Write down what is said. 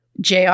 JR